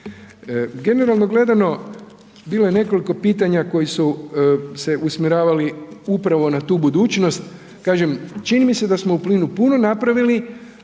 Generalno gledano bilo je nekoliko pitanja koji su se usmjeravali upravo na tu budućnost, kažem čini mi se da smo u plinu puno napravili,